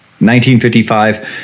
1955